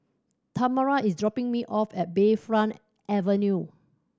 Tamara is dropping me off at Bayfront Avenue